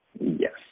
Yes